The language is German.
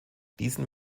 diesen